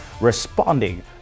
responding